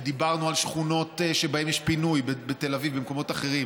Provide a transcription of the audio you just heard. ודיברנו על שכונות שבהן יש פינוי בתל אביב ובמקומות אחרים,